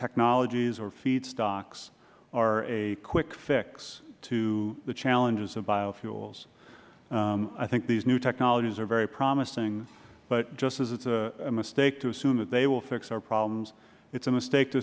technologies or feed stocks are a quick fix to the challenges of biofuels i think these new technologies are very promising but just as it is a mistake to assume that they will fix our problems it is a mistake to